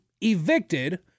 evicted